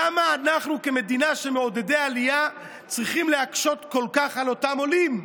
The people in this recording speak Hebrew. למה אנחנו כמדינה של מעודדי עלייה צריכים להקשות כל כך על אותם עולים?